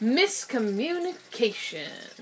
miscommunication